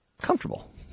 comfortable